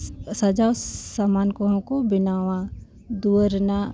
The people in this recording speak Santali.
ᱥᱟᱡᱟᱣ ᱥᱟᱢᱟᱱ ᱠᱚᱦᱚᱸ ᱠᱚ ᱵᱮᱱᱟᱣᱟ ᱫᱩᱣᱟᱹᱨ ᱨᱮᱱᱟᱜ